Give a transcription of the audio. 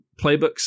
playbooks